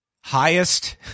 Highest